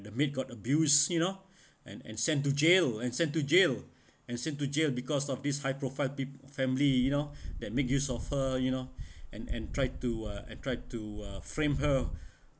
the maid got abused you know and and sent to jail and sent to jail and sent to jail because of this high profile peop~ family you know that make use of her you know and and try to uh and tried to uh frame her